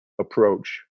approach